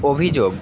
অভিযোগ